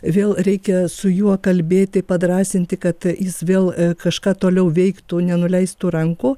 vėl reikia su juo kalbėti padrąsinti kad jis vėl kažką toliau veiktų nenuleistų rankų